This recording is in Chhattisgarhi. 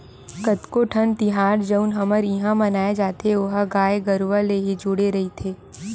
कतको ठन तिहार जउन हमर इहाँ मनाए जाथे ओहा गाय गरुवा ले ही जुड़े होय रहिथे